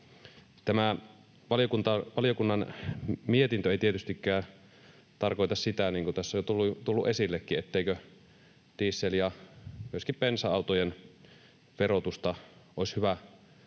Tämä valiokunnan mietintö ei tietystikään tarkoita sitä, niin kuin tässä on jo tullut esillekin, etteikö diesel- ja myöskin bensa-autojen verotusta olisi hyvä